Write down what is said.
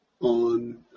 on